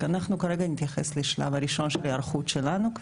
אנחנו כרגע נתייחס לשלב הראשון של ההיערכות שלנו.